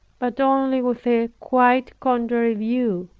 but only with a quite contrary view.